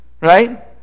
right